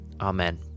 amen